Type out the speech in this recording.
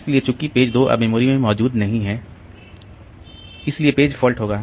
इसलिए चूंकि पेज 2 अब मेमोरी में मौजूद नहीं है इसलिए पेज फॉल्ट होगा